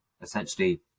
essentially